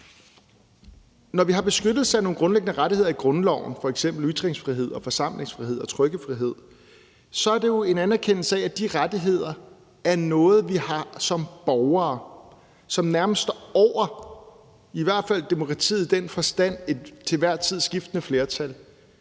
Når vi har beskyttelse af nogle grundlæggende rettigheder i grundloven, f.eks. ytringsfrihed, forsamlingsfrihed og trykkefrihed, er det jo en anerkendelse af, at de rettigheder er noget, som vi har som borgere, og som nærmest står over demokratiet, i hvert fald forstået som et til enhver tid skiftende flertal.